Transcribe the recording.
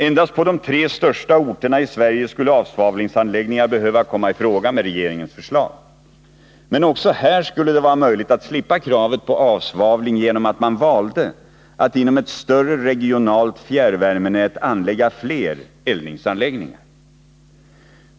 Endast på det tre största orterna i Sverige skulle avsvavlingsanläggningar behöva komma i fråga med regeringens förslag, men också här skulle det vara möjligt att slippa krav på avsvavling genom att man valde att inom ett större regionalt fjärrvärmenät anlägga fler eldningsanläggningar.